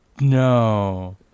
No